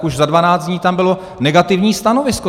Už za dvanáct dnů tam bylo negativní stanovisko.